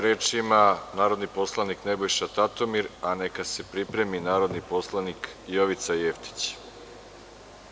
Reč ima narodni poslanik narodni poslanik Nebojša Tatomir, a neka se pripremi narodni poslanik Jovica Jevtić.